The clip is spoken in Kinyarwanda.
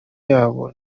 yabo